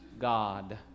God